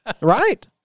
right